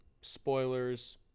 spoilers